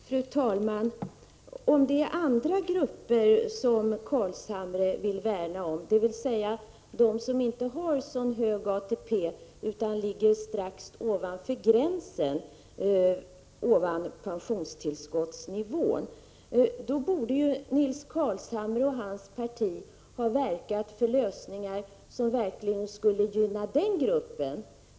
Fru talman! Om det är andra grupper som Nils Carlshamre vill värna om, dvs. de som inte har så hög ATP utan ligger strax ovanför pensionstillskottsnivån, då borde Nils Carlshamre och hans parti ha verkat för lösningar som verkligen skulle gynna de grupperna.